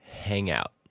hangout